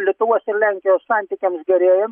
lietuvos ir lenkijos santykiams gerėjant